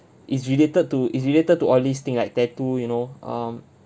it's related to it's related to all these thing like tattoo you know um